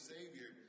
Savior